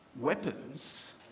weapons